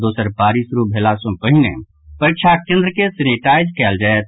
दोसर पारी शुरू भेला सँ पहिने परीक्षा केन्द्र के सेनेटाईज कयल जायत